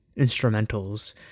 instrumentals